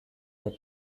that